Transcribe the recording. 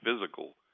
physical